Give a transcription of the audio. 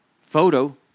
photo